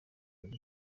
ariko